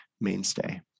mainstay